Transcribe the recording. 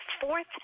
fourth